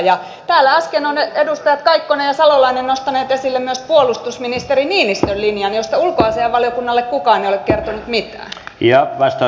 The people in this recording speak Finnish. ja täällä äsken ovat edustajat kaikkonen ja salolainen nostaneet esille myös puolustusministeri niinistön linjan josta ulkoasiainvaliokunnalle kukaan ei ole kertonut mitään